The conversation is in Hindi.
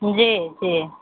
जी जी